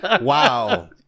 Wow